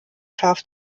scharf